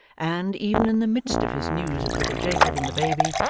and, even in the midst of his news of little jacob and the baby,